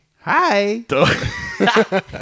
hi